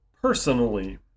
personally